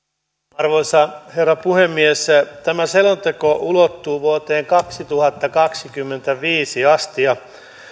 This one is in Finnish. arvoisa herra puhemies tämä selonteko ulottuu vuoteen kaksituhattakaksikymmentäviisi asti ja